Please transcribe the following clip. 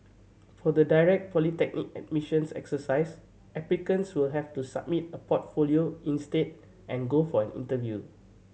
for the direct polytechnic admissions exercise applicants will have to submit a portfolio instead and go for an interview